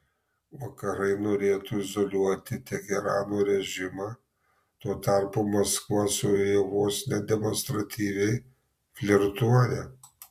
vakarai norėtų izoliuoti teherano režimą tuo tarpu maskva su juo vos ne demonstratyviai flirtuoja